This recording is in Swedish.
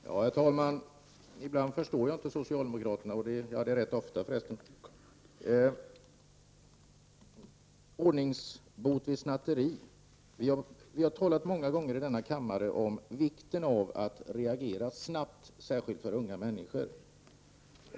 Herr talman! Ibland förstår jag inte socialdemokraterna — rätt ofta för resten. Ordningsbot vid snatteri — vi har många gånger i denna kammare talat om vikten av att reagera snabbt, särskilt beträffande unga människor.